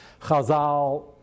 Chazal